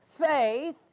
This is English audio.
faith